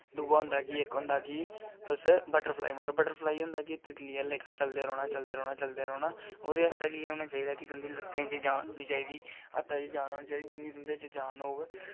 दूआ होंदा कि इक होंदा कि तुस बटरफ्लाई मारो बटरफ्लाई एह् होंदा कि तुसें तित्तली आह्ले लेखा चलदे रौह्ना चलदे रौह्ना चलदे रौह्ना चलदे रौह्ना ओह्दे आस्तै केह् होना चाहिदा कि तुं'दी लत्तें च जान होनी चाहिदी ते जान होनी चाहिदी जि'न्नी तुं'दे च जान होग